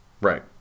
Right